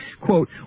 Quote